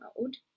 mode